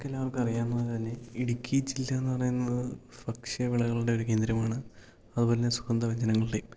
നമുക്കെല്ലാവർക്കും അറിയാവുന്നത് പോലെ ഇടുക്കി ജില്ല എന്ന് പറയുന്നത് ഭക്ഷ്യ വിളകളുടെ ഒരു കേന്ദ്രമാണ് അതുപോലെ തന്നെ സുഗന്ധവ്യജനങ്ങളുടെയും